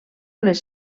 les